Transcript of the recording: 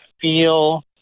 feel